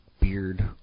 beard